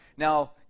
Now